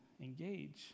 engage